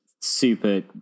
super